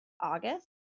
August